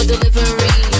Delivery